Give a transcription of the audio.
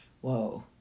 Whoa